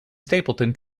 stapleton